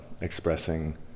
expressing